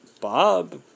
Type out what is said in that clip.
Bob